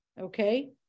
okay